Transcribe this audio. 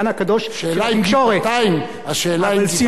השאלה היא אם גבעתיים, אבל סילואן, זה מאוד רחוק.